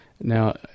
Now